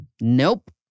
Nope